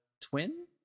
Twin